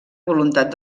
voluntat